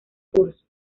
curso